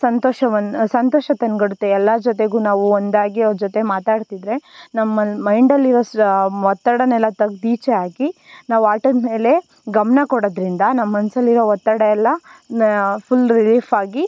ಸಂತೋಷವನ್ನು ಸಂತೋಷ ತಂದ್ಕೊಡುತ್ತೆ ಎಲ್ಲರ ಜೊತೆಗೂ ನಾವು ಒಂದಾಗಿ ಅವ್ರ ಜೊತೆ ಮಾತಾಡ್ತಿದ್ದರೆ ನಮ್ಮ ಮೈಂಡಲ್ಲಿರೋ ಒತ್ತಡವೆಲ್ಲ ತೆಗ್ದ್ ಈಚೆ ಹಾಕಿ ನಾವು ಆಟದಮೇಲೆ ಗಮನ ಕೊಡೋದರಿಂದ ನಮ್ಮ ಮನಸಲ್ಲಿರೋ ಒತ್ತಡ ಎಲ್ಲ ನ ಫುಲ್ ರಿಲೀಫಾಗಿ